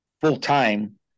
full-time